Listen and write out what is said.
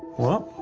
well,